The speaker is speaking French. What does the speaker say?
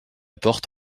porte